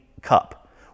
cup